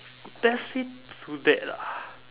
best way do that ah